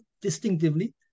distinctively